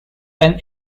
when